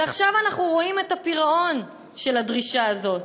ועכשיו אנחנו רואים את הפירעון של הדרישה הזאת: